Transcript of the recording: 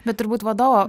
bet turbūt vadovo